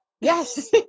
Yes